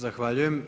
Zahvaljujem.